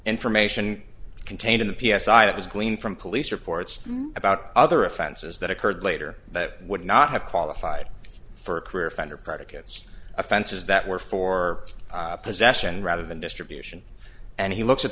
information contained in the p s i it was gleaned from police reports about other offenses that occurred later that would not have qualified for a career offender predicates offenses that were for possession rather than distribution and he looks at